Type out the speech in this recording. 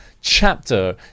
chapter